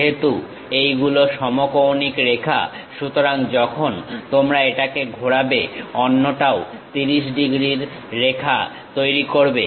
যেহেতু এইগুলো সমকৌণিক রেখা সুতরাং যখন তোমরা এটাকে ঘোরাবে অন্যটাও 30 ডিগ্রীর রেখা তৈরি করবে